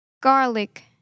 garlic